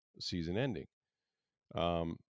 season-ending